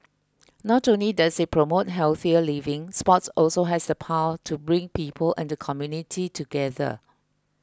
not only does it promote healthier living sports also has the power to bring people and the community together